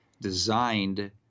designed